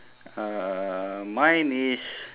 uh mine is